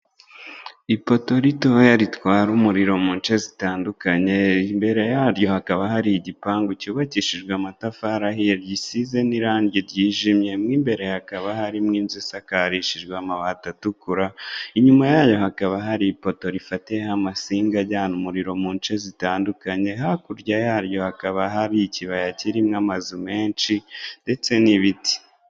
Ipoto ritoya ritwara umuriro mu nce zitandukanye, imbere yaryo hakaba hari igipangu cyubakishijwe amatafari ahiye gisize n'irangi ry'ijimye, mu imbere hakaba harimo inzu isakarishijwe amabati atukura ,inyuma yayo hakaba hari ipoto rifatiyeho amasinga ajyana umuriro mu nce zitandukanye ,hakurya yaryo hakaba hari ikibaya kirimo amazu menshi ndetse n'ibiti.